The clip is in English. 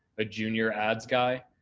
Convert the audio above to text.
a junior ads guy.